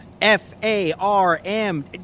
F-A-R-M